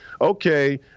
okay